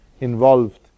involved